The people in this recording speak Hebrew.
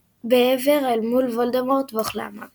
בעבר אל מול וולדמורט ואוכלי המוות.